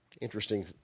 Interesting